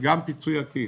גם פיצוי עקיף.